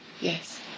Yes